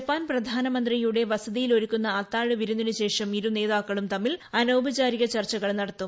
Japan പ്രധാനമുന്നീയുടെ വസതിയിൽ ഒരു ക്കുന്ന അത്താഴ വിരുന്നിനുശേഷം ഇരുന്നേതാക്കളും തമ്മിൽ അനൌപചാ രിക ചർച്ചകൾ നടത്തും